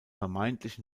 vermeintlich